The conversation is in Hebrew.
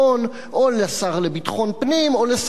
או לשר לביטחון פנים או לשר החקלאות.